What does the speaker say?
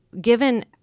given